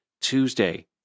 Tuesday